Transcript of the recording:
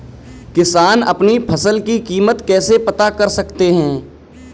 किसान अपनी फसल की कीमत कैसे पता कर सकते हैं?